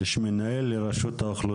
יש מנהל לרשות האוכלוסין.